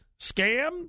scam